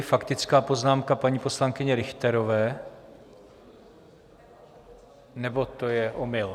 Faktická poznámka paní poslankyně Richterové, nebo to je omyl?